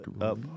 up